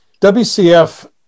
WCF